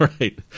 right